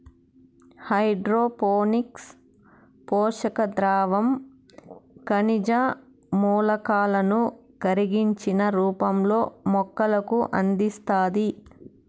hydroponics పోషక ద్రావణం ఖనిజ మూలకాలను కరిగించిన రూపంలో మొక్కలకు అందిస్తాది